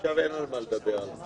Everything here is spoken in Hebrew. עכשיו יהיה לנו הרבה יותר שרים